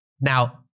Now